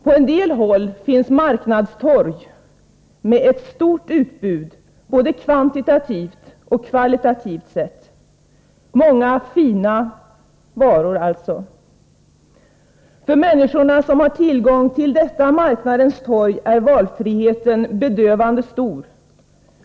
På en del håll finns marknadstorg med ett stort utbud både kvantitativt och kvalitativt sett — många och fina varor alltså. För människorna som har tillgång till detta marknadstorg är valfriheten bedövande stor.